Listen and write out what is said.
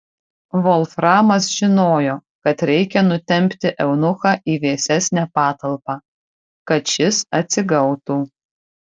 volframas žinojo kad reikia nutempti eunuchą į vėsesnę patalpą kad šis atsigautų